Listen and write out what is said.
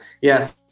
yes